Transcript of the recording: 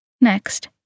Next